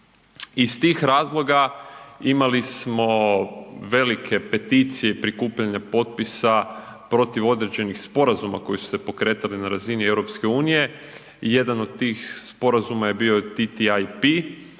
Iz tih razloga imali smo velike peticije prikupljanja potpisa protiv određenih sporazuma koji su se pokretali na razini EU. I jedan od tih sporazuma je bio TTIP,